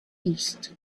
east